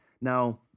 Now